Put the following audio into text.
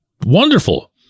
wonderful